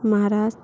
Maharashtra